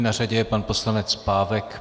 Na řadě je pan poslanec Pávek.